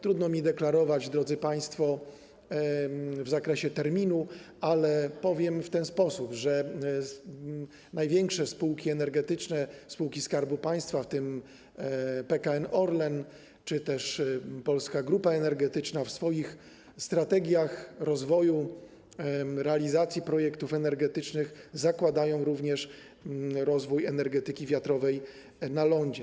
Trudno mi składać deklaracje, drodzy państwo, w zakresie terminu, ale powiem w ten sposób, że największe spółki energetyczne, spółki Skarbu Państwa, w tym PKN Orlen czy Polska Grupa Energetyczna, w swoich strategiach rozwoju, realizacji projektów energetycznych zakładają również rozwój energetyki wiatrowej na lądzie.